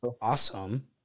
awesome